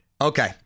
Okay